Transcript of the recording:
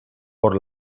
por